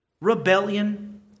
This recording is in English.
rebellion